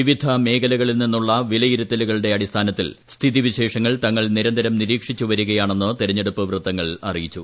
വിവിധ മേഖലകളിൽ നിന്നുള്ള പ്പിലയിരുത്തലുകളുടെ അടിസ്ഥാനത്തിൽ സ്ഥിതി വിശേഷങ്ങൾ തങ്ങൾ നിരന്തരം നിരീക്ഷിച്ചുവരികയാണെന്ന് തെരഞ്ഞെടുപ്പ് വൃത്തങ്ങൾ അറിയിച്ചു